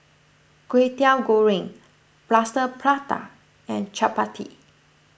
Kway Teow Goreng Plaster Prata and Chappati